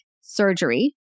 Surgery